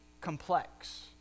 complex